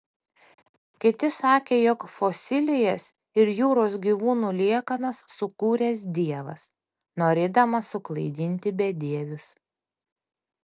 kiti sakė jog fosilijas ir jūros gyvūnų liekanas sukūręs dievas norėdamas suklaidinti bedievius